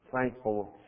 thankful